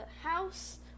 house